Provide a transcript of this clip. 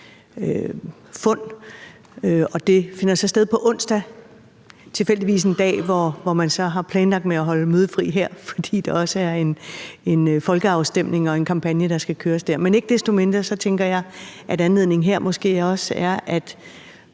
den finder sted på onsdag, tilfældigvis en dag, hvor man så har planlagt med at holde mødefri her, fordi der også er en folkeafstemning og en kampagne, der skal køres. Men ikke desto mindre tænker jeg, at der her måske er